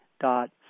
dot